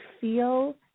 feel